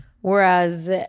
Whereas